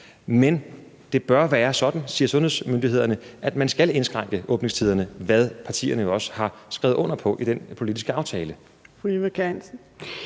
men det bør være sådan – siger sundhedsmyndighederne – at man skal indskrænke åbningstiderne, hvad partierne jo også har skrevet under på i den politiske aftale.